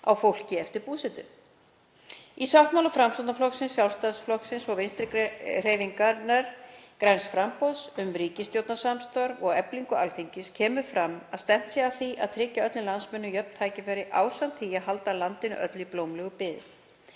á fólki eftir búsetu. Í sáttmála Framsóknarflokksins, Sjálfstæðisflokksins og Vinstrihreyfingarinnar – græns framboðs um ríkisstjórnarsamstarf og eflingu Alþingis kemur fram að stefnt sé að því að tryggja öllum landsmönnum jöfn tækifæri ásamt því að halda landinu öllu í blómlegri byggð.